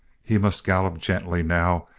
he must gallop gently, now,